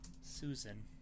susan